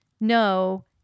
no